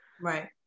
right